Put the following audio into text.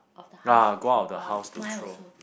ah go out the house to throw